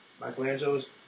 Michelangelo's